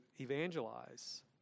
evangelize